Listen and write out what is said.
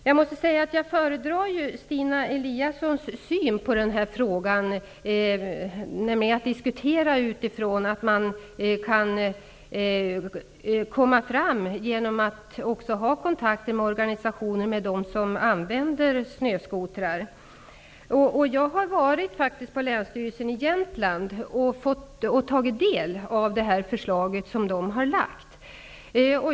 Jag måste säga att jag föredrar Stina Eliassons syn på den här frågan, nämligen att man kan komma fram genom att ha kontakt med organisationer för dem som använder snöskotrar. Jag har faktiskt varit på länsstyrelsen i Jämtland och tagit del av dess förslag.